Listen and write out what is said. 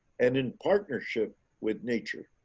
and in partnership with nature,